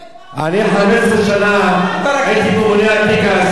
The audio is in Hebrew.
אני 15 שנה הייתי ממונה על התיק הסוציאלי,